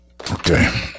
Okay